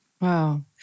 Wow